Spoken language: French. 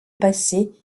passés